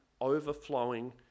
overflowing